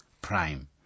prime